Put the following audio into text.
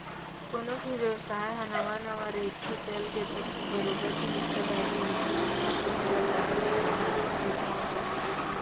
कोनो भी बेवसाय ह नवा नवा रहिथे, चलगे तब तो बरोबर के हिस्सादारी रहिथे जतका पइसा लगाय गे हावय ओखर हिसाब ले